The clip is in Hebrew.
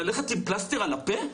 ללכת עם פלסטר על הפה?